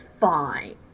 fine